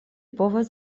povas